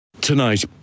Tonight